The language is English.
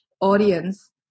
audience